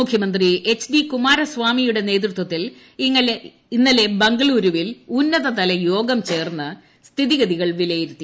മുഖ്യമന്ത്രി H D കുമാരസ്വാമിയുടെ നേതൃത്വത്തിൽ ഇന്നലെ ബംഗളുരുവിൽ ഉന്നതതല യോഗം ചേർന്ന് സ്ഥിതിഗതികൾ വിലയിരുത്തി